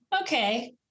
Okay